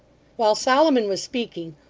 while solomon was speaking,